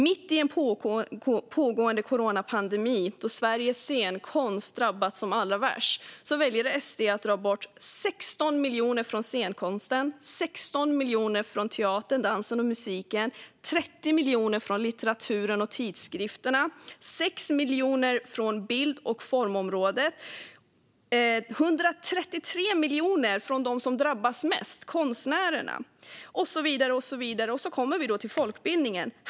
Mitt i en pågående coronapandemi då Sveriges scenkonst drabbats allra värst väljer Sverigedemokraterna att dra bort 16 miljoner från scenkonsten. Det är 16 miljoner från teatern, dansen och musiken, 30 miljoner från litteraturen och tidskrifterna, 6 miljoner från bild och formområdet, 133 miljoner från dem som drabbas mest, alltså konstnärerna, och så vidare. Så kommer vi till folkbildningen.